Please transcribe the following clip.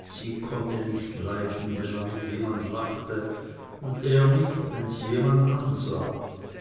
sie konnte nicht leiden wenn er mit jemand lachte und er nicht wenn sie jemand ansah